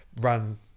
run